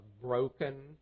broken